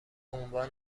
عنوان